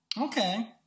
Okay